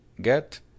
get